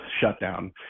shutdown